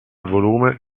volume